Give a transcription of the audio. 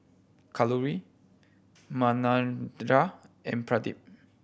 Kalluri Manindra and Pradip